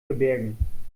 verbergen